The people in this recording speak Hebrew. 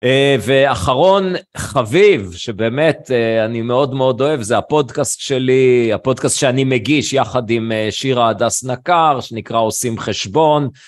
ואחרון חביב שבאמת אני מאוד מאוד אוהב, זה הפודקאסט שלי, הפודקאסט שאני מגיש יחד עם שירה עדס נקר, שנקרא עושים חשבון.